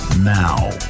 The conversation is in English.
Now